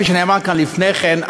כפי שנאמר כאן לפני כן,